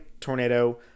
tornado